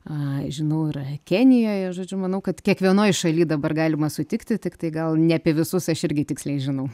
a žinau yra kenijoje žodžiu manau kad kiekvienoj šaly dabar galima sutikti tiktai gal ne apie visus aš irgi tiksliai žinau